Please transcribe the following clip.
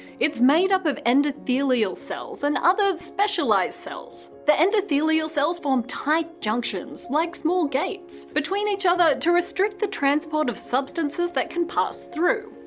made up of endothelial cells and other specialised cells. the endothelial cells form tight junctions, like small gates, between each other to restrict the transport of substances that can pass through.